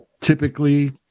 Typically